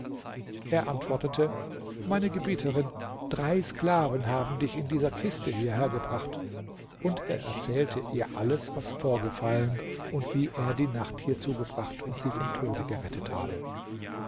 er antwortete meine gebieterin drei sklaven haben dich in dieser kiste hierher gebrachte und er erzählte ihr alles was vorgefallen und wie er die nacht hier zugebracht und sie vom tode gerettet habe